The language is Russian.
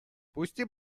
пусти